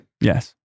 Yes